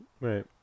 right